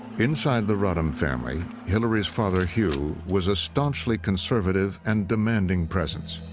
inside the rodham family, hillary's father hugh was a staunchly conservative and demanding presence.